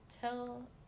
tell